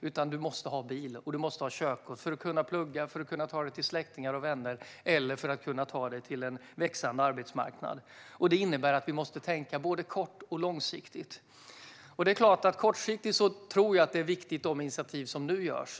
Man måste ha bil och man måste ha körkort för att kunna plugga, för att kunna ta sig till släktingar och vänner eller för att kunna ta sig till en växande arbetsmarknad. Det innebär att vi måste tänka både kort och långsiktigt. Kortsiktigt tror jag att de initiativ som nu tas är viktiga.